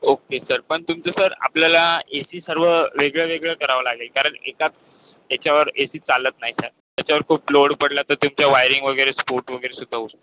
okay sir पण तुमचं sir आपल्याला ए सी सर्व वेगळं वेगळं करावं लागेल कारण एकाच याच्यावर ए सी चालत नाही सर त्याच्यावर खूप लोड पडला तर तुमच्या वायरिंग वगैरे स्फोट वगैरेसुद्धा होऊ श